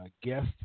guest